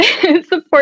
support